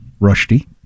Rushdie